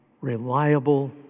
reliable